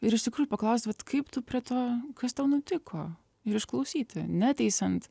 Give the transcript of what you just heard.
ir iš tikrųjų paklausti vat kaip tu prie to kas tau nutiko ir išklausyti neteisiant